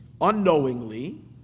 unknowingly